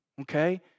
okay